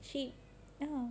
she ya